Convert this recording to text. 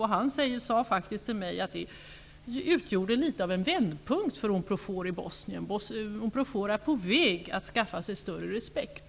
Generalen sade faktiskt till mig att detta ingripande utgjorde något av en vändpunkt för Unprofor i Bosnien och att Unprofor nu är på väg att skaffa sig större respekt.